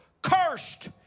cursed